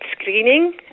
screening